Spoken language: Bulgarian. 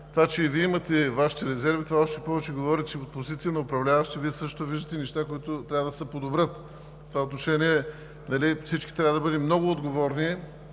Това, че и Вие имате Вашите резерви, още повече говори, че от позицията на управляващи също виждате неща, които трябва да се подобрят. В това отношение всички трябва да бъдем много отговорни